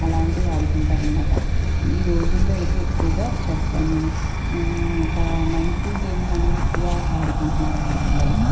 అలాంటివి ఆడుకుంటారనమాట ఈ రోజుల్లో అయితే ఎక్కువగా చెస్ అని ఇంకా మైండ్ ఫుల్ గేమ్స్ అనేవి ఎక్కువ ఆడుకుంటున్నారండి పిల్లలు